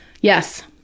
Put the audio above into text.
Yes